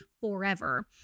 forever